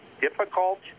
difficult